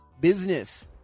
Business